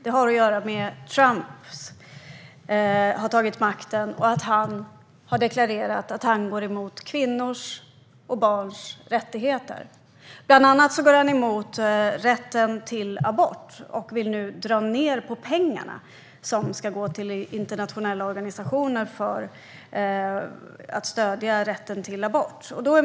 Det har att göra med att Trump har tagit makten och att han har deklarerat att han går emot kvinnors och barns rättigheter. Bland annat går han emot rätten till abort och vill nu dra ned på de pengar som ska gå till internationella organisationer för att stödja rätten till abort.